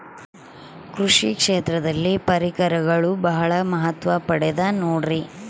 ಕೃಷಿ ಕ್ಷೇತ್ರದಲ್ಲಿ ಪರಿಕರಗಳು ಬಹಳ ಮಹತ್ವ ಪಡೆದ ನೋಡ್ರಿ?